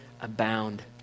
abound